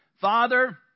Father